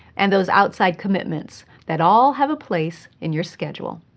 and those outside commitments that all have a place in your schedule.